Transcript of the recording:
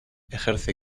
ejerce